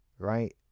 Right